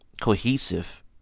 cohesive